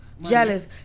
Jealous